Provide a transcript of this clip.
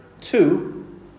Two